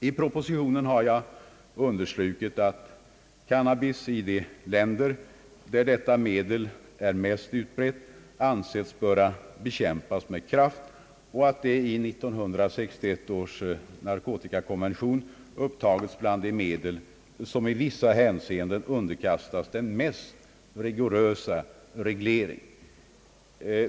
I propositionen har jag understrukit att cannabis i de länder där detta medel är mest utbrett anses böra bekämpas med kraft och att det i 1961 års narkotikakonvention upptagits bland de medel som i vissa hänseenden underkastas den mest rigorösa reglering.